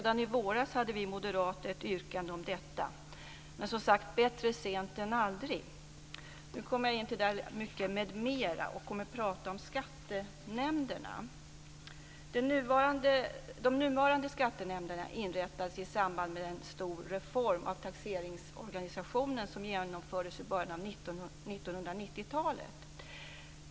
Redan i våras hade vi moderater ett yrkande om detta. Men som sagt: Bättre sent än aldrig. Nu kommer jag in på detta m.m. Jag kommer att prata om skattenämnderna. De nuvarande skattenämnderna inrättades i samband med en stor reform av taxeringsorganisationen som genomfördes i början av 1990-talet.